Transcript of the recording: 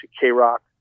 K-Rock